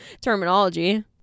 terminology